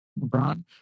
LeBron